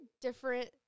different